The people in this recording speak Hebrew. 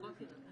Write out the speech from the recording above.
גברתי.